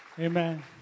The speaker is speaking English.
Amen